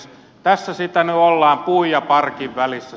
tässä sitä nyt ollaan puun ja parkin välissä